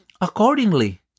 Accordingly